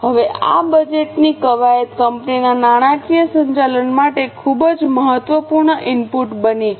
હવે આ બજેટની કવાયત કંપનીના નાણાકીય સંચાલન માટે ખૂબ જ મહત્વપૂર્ણ ઇનપુટ બની છે